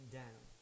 down